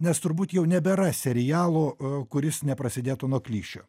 nes turbūt jau nebėra serialo kuris neprasidėtų nuo klišių